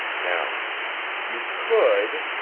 now you could